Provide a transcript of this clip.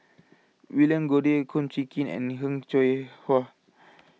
William Goode Kum Chee Kin and Heng Cheng Hwa